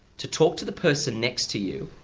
to talk to the person next to you